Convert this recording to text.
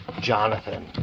Jonathan